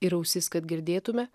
ir ausis kad girdėtume